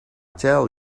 tell